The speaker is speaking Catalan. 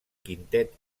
quintet